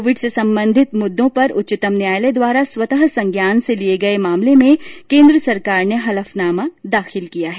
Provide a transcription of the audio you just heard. Covid से संबंधित मुद्दों पर उच्चतम न्यायालय द्वारा स्वतः संज्ञान से लिये गये मामले में केन्द्र सरकार ने हलफनामा दाखिल किया है